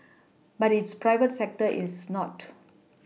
but its private sector is not